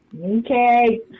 Okay